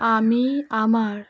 আমি আমার